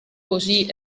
così